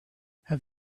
have